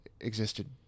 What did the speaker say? existed